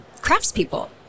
craftspeople